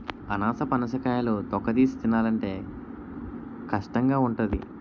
అనాసపనస కాయలు తొక్కతీసి తినాలంటే కష్టంగావుంటాది